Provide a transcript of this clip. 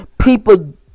people